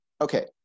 okay